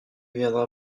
viendra